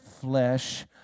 flesh